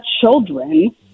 children